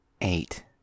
eight